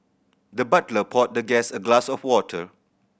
the butler poured the guest a glass of water